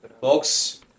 folks